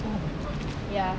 ya